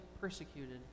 persecuted